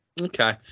Okay